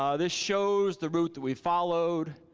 um this shows the route that we followed,